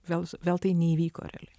vėl vėl tai neįvyko realiai